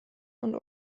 und